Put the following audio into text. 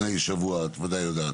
בית שאן.